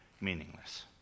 meaningless